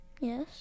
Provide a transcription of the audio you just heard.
Yes